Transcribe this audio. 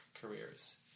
careers